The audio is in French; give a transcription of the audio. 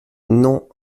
non